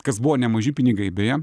kas buvo nemaži pinigai beje